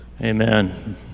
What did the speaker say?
Amen